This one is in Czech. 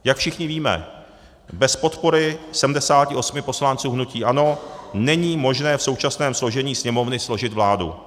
Jak všichni víme, bez podpory 78 poslanců hnutí ANO není možné v současném složení Sněmovny složit vládu.